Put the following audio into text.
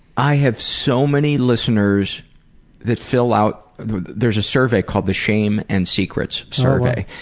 i have so many listeners that fill out there's a survey called the shame and secrets survey.